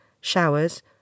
showers